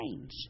change